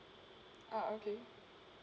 ah okay